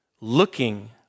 Looking